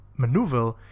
Maneuver